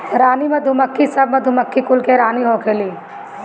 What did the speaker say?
रानी मधुमक्खी सब मधुमक्खी कुल के रानी होखेली